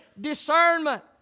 discernment